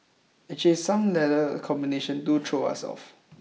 actually some letter combination do throw us off